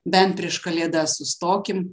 bent prieš kalėdas sustokim